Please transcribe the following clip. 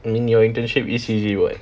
I mean your internship is easy [what]